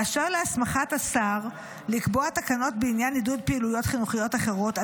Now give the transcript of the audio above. באשר להסמכת השר לקבוע תקנות בעניין עידוד פעילויות חינוכיות אחרות,